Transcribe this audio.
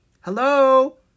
Hello